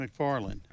McFarland